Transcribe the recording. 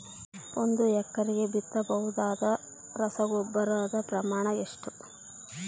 ಒಂದು ಎಕರೆಗೆ ಬಿತ್ತಬಹುದಾದ ರಸಗೊಬ್ಬರದ ಪ್ರಮಾಣ ಎಷ್ಟು?